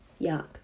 Yuck